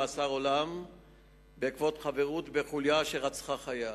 נידון למאסר עולם בעקבות חברות בחוליה שרצחה חייל.